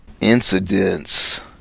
incidents